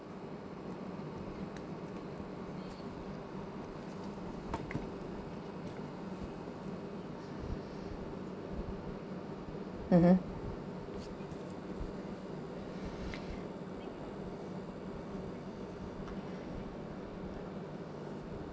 mmhmm